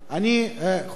אני מסיים,